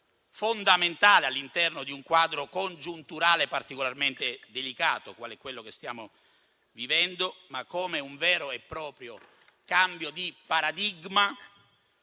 fondamentale all'interno di un quadro congiunturale particolarmente delicato, quale quello che stiamo vivendo, ma come un vero e proprio cambio di paradigma,